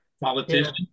politician